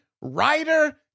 writer